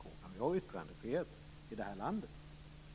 Vi har yttrandefrihet i detta land.